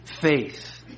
faith